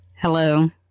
Hello